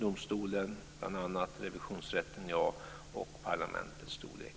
Detta gäller exempelvis för frågor som domstolen, revisionsrätten och parlamentets storlek.